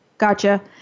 Gotcha